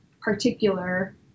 particular